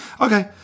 Okay